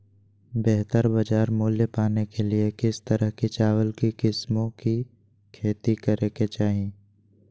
बेहतर बाजार मूल्य पाने के लिए किस तरह की चावल की किस्मों की खेती करे के चाहि?